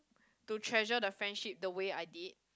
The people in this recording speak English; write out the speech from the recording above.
to treasure the friendship the way I did